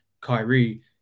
Kyrie